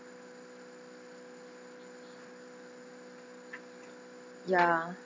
ya